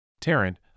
Tarrant